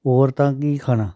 ਔਰ ਤਾਂ ਕਿ ਖਾਣਾ